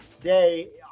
day